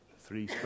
three